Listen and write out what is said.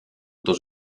dans